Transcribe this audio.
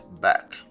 back